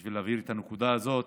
בשביל להבהיר את הנקודה הזאת.